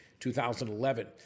2011